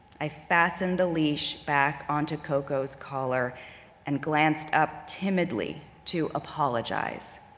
i fastened the leash back onto coco's collar and glanced up timidly to apologize.